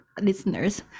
listeners